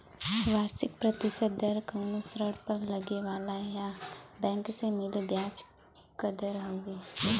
वार्षिक प्रतिशत दर कउनो ऋण पर लगे वाला या बैंक से मिले ब्याज क दर हउवे